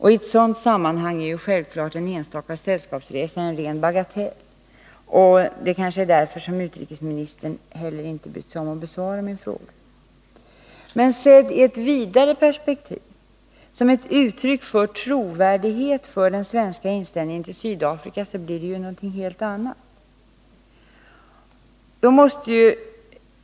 I ett sådant sammanhang är självfallet en enstaka sällskapsresa en ren bagatell, och det är kanske därför som utrikesministern inte brytt sig om att besvara min fråga. Men sett i ett vidare perspektiv — som ett uttryck för trovärdighet för den svenska inställningen till Sydafrika — blir det någonting helt annat.